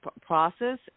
process